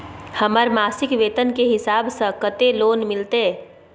हमर मासिक वेतन के हिसाब स कत्ते लोन मिलते?